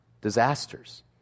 disasters